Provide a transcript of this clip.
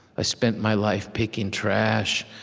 i spent my life picking trash.